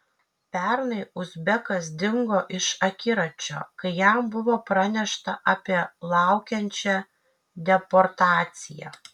pernai uzbekas dingo iš akiračio kai jam buvo pranešta apie laukiančią deportaciją